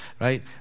right